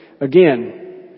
Again